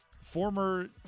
former